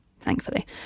thankfully